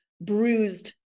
bruised